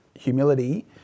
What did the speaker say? humility